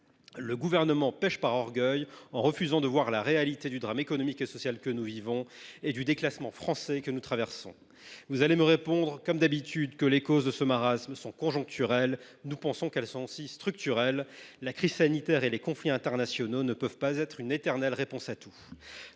Le Gouvernement pèche par orgueil en refusant de voir la réalité du drame économique et social que nous vivons et du déclassement français que nous connaissons. On va me répondre, comme d’habitude, que les causes de ce marasme sont conjoncturelles. Pour notre part, nous pensons qu’elles sont aussi structurelles. La crise sanitaire et les conflits internationaux ne peuvent pas être une éternelle réponse à tout.